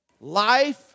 Life